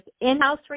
in-house